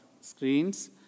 screens